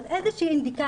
אז איזו שהיא אינדיקציה.